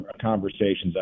conversations